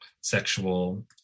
sexual